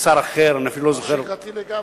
לשר אחר, דבר שגרתי לגמרי.